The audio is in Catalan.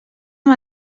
amb